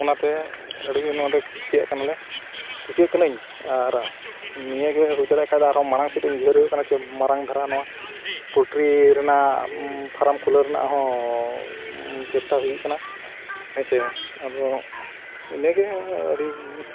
ᱚᱱᱟᱛᱮ ᱟᱹᱰᱤ ᱜᱮ ᱱᱚᱣᱟ ᱫᱚ ᱠᱩᱥᱤᱭᱟᱜ ᱠᱟᱱᱟᱞᱮ ᱠᱩᱥᱤᱭᱟᱜ ᱠᱟᱹᱱᱟᱹᱧ ᱟᱨ ᱱᱤᱭᱟᱹ ᱜᱮ ᱦᱩᱭ ᱫᱟᱲᱮᱭᱟᱜ ᱠᱷᱟᱱ ᱫᱚ ᱟᱨᱦᱚᱸ ᱢᱟᱲᱟᱝ ᱥᱮᱫ ᱩᱭᱦᱟᱹᱨ ᱦᱩᱭᱩᱜ ᱠᱟᱱᱟ ᱥᱮ ᱢᱟᱨᱟᱝ ᱫᱷᱟᱨᱟ ᱱᱚᱣᱟ ᱯᱳᱞᱴᱨᱤ ᱨᱮᱱᱟᱜ ᱯᱷᱟᱨᱟᱢ ᱠᱷᱩᱞᱟᱹᱣ ᱨᱮᱱᱟᱜ ᱦᱚᱸ ᱪᱮᱥᱴᱟ ᱦᱩᱭᱩᱜ ᱠᱟᱱᱟ ᱦᱮᱸ ᱥᱮ ᱟᱫᱚ ᱤᱱᱟᱹᱜᱮ ᱟᱹᱰᱤ